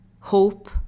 hope